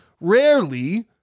rarely